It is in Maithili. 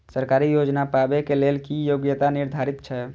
सरकारी योजना पाबे के लेल कि योग्यता निर्धारित छै?